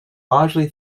largely